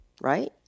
right